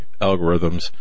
algorithms